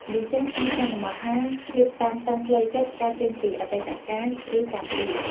មនុស្សចាស់អាចសន្មតថាភាពតានតឹងផ្លូវចិត្តកើតចេញពីអតីតកាល ឬកម្មពៀរ។